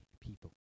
people